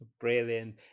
Brilliant